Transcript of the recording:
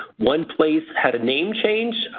one place had a name change.